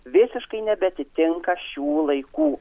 visiškai nebeatitinka šių laikų